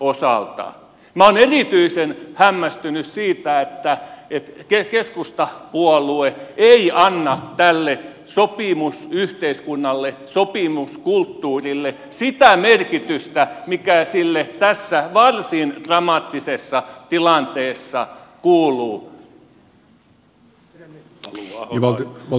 minä olen erityisen hämmästynyt siitä että keskustapuolue ei anna tälle sopimusyhteiskunnalle sopimuskulttuurille sitä merkitystä mikä sille tässä varsin dramaattisessa tilanteessa kuuluu